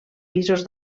pisos